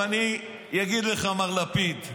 ואני אגיד לך, מר לפיד: